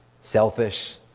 selfish